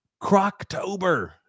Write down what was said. Croctober